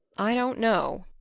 i don't know,